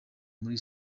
muri